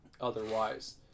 otherwise